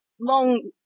long